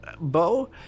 Bo